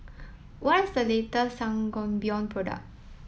what is the latest Sangobion product